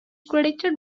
credited